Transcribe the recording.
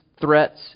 threats